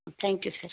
thank you sir